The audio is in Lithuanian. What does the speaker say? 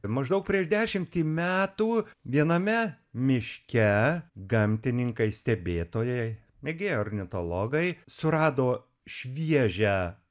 maždaug prieš dešimtį metų viename miške gamtininkai stebėtojai mėgėjai ornitologai surado šviežią